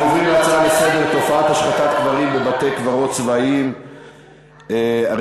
חברים, יש